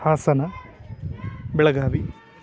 Hassan Belagavi